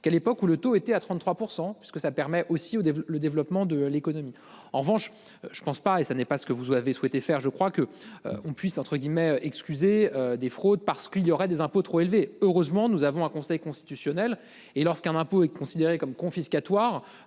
qu'à l'époque où le taux était à 33% parce que ça permet aussi le développement de l'économie en revanche. Je ne pense pas et ça n'est pas ce que vous avez souhaité faire je crois que on puisse entre guillemets excusez des fraudes, parce qu'il y aurait des impôts trop élevés. Heureusement, nous avons un conseil constitutionnel et lorsqu'un drapeau est considéré comme confiscatoire